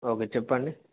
okay చెప్పండి